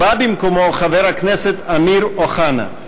בא במקומו חבר הכנסת אמיר אוחנה.